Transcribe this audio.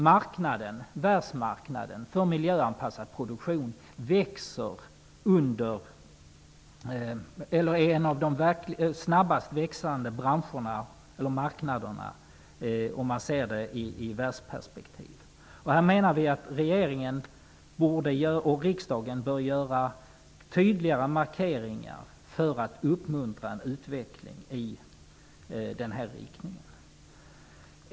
Marknaden för miljöanpassad produktion är en av de snabbast växande marknaderna om man ser det i ett världsperspektiv. Vi menar att regeringen och riksdagen bör göra tydligare markeringar för att uppmuntra en utveckling i denna riktning.